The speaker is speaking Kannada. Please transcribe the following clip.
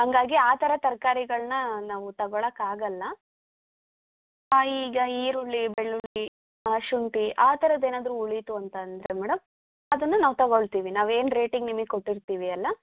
ಹಾಗಾಗಿ ಆ ಥರ ತರ್ಕಾರಿಗಳನ್ನ ನಾವು ತಗೊಳಕ್ಕೆ ಆಗಲ್ಲ ಹಾಂ ಈಗ ಈರುಳ್ಳಿ ಬೆಳ್ಳುಳ್ಳಿ ಶುಂಟಿ ಆ ಥರದ್ದು ಏನಾದ್ರೂ ಉಳಿತು ಅಂತಂದರೆ ಮೇಡಮ್ ಅದನ್ನು ನಾವು ತಗೊಳ್ತೀವಿ ನಾವು ಏನು ರೇಟಿಗೆ ನಿಮಗ್ ಕೊಟ್ಟಿರ್ತೀವಿ ಅಲ್ಲ